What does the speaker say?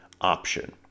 Option